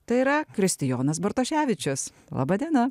tai yra kristijonas bartoševičius laba diena